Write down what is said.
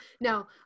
No